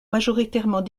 majoritairement